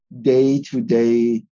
day-to-day